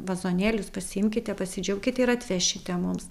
vazonėlius pasiimkite pasidžiaukite ir atvešite mums